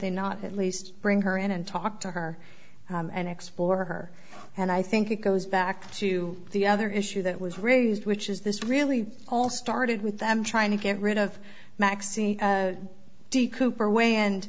they not at least bring her in and talk to her and explore her and i think it goes back to the other issue that was raised which is this really all started with them trying to get rid of maxine de cooper way end